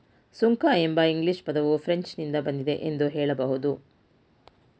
ಸುಂಕ ಎಂಬ ಇಂಗ್ಲಿಷ್ ಪದವು ಫ್ರೆಂಚ್ ನಿಂದ ಬಂದಿದೆ ಎಂದು ಹೇಳಬಹುದು